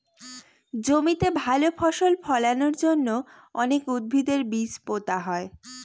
জমিতে ভালো ফসল ফলানোর জন্য অনেক উদ্ভিদের বীজ পোতা হয়